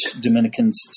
Dominicans